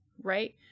right